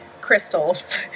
crystals